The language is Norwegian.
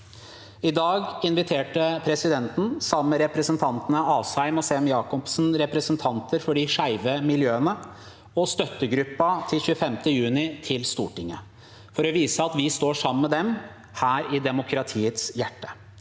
I dag inviterte presidenten, sammen med representantene Asheim og Sem Jacobsen, representanter for de skeive miljøene og Støttegruppa 25. juni til Stortinget for å vise at vi står sammen med dem her i demokratiets hjerte.